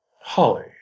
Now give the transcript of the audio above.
Holly